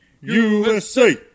USA